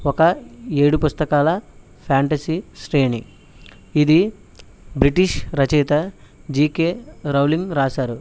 ఒక ఏడు పుస్తకాల ఫాంటసీ శ్రేణి ఇది బ్రిటిష్ రచయిత జీకే రవళింగ్ రాశారు